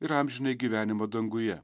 ir amžiną gyvenimą danguje